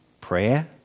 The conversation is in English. Prayer